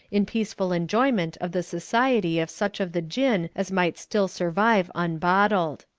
in peaceful enjoyment of the society of such of the jinn as might still survive unbottled.